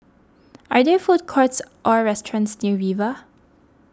are there food courts or restaurants near Viva